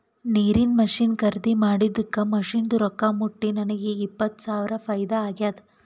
ನೀರಿಂದ್ ಮಷಿನ್ ಖರ್ದಿ ಮಾಡಿದ್ದುಕ್ ಮಷಿನ್ದು ರೊಕ್ಕಾ ಮುಟ್ಟಿ ನನಗ ಈಗ್ ಇಪ್ಪತ್ ಸಾವಿರ ಫೈದಾ ಆಗ್ಯಾದ್